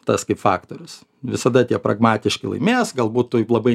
tas kaip faktorius visada tie pragmatiški laimės galbūt taip labai